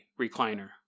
recliner